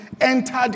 entered